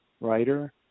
writer